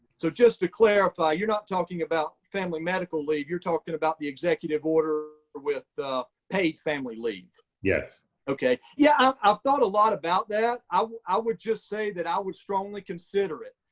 so just to clarify, you're not talking about family medical leave, you're talking about the executive order with paid family leave. yeah okay, yeah, i've thought a lot about that. i would i would just say that i would strongly consider it,